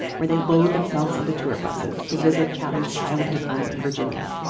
where they load themselves onto tour buses to visit cather's childhood home in virginia,